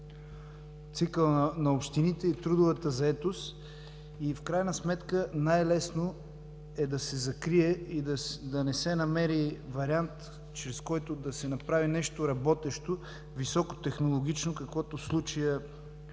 цикъл на общините и трудовата заетост. В крайна сметка най-лесно е да се закрие и да не се намери вариант, чрез който да се направи нещо работещо, високотехнологично, каквото в случая би